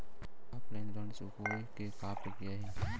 Offline ऋण चुकोय के का प्रक्रिया हे?